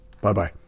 Bye-bye